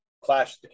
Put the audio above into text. Clash